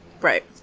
Right